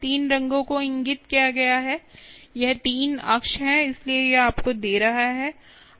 3 रंगों को इंगित किया गया है यह 3 अक्ष है इसलिए यह आपको दे रहा है